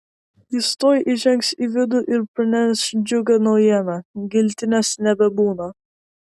jis tuoj įžengs į vidų ir praneš džiugią naujieną giltinės nebebūna